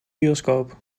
bioscoop